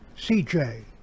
CJ